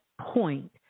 point